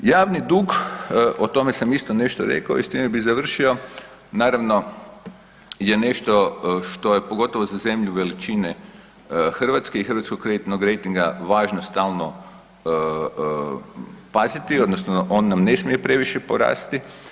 Javni dug, o tome sam isto nešto rekao i s time bi završio, naravno je nešto što je pogotovo za zemlju veličine Hrvatske i hrvatskog kreditnog rejtinga važno stalno paziti odnosno on nam ne smije previše porasti.